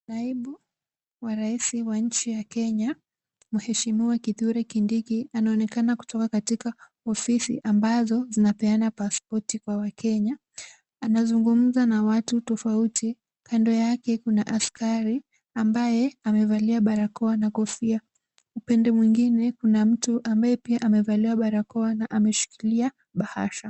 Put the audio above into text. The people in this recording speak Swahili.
Naibu wa rais wa nchi ya Kenya mheshimiwa Kithure Kindiki, anaonekana kutoka katika ofisi ambazo zinapeana pasipoti kwa wakenya. Anazungumza na watu tofauti. Kando yake kuna askari ambaye amevalia barakoa na kofia. Upande mwingine kuna mtu ambaye pia amevalia barakoa na ameshikilia bahasha.